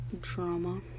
drama